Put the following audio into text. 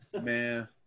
Man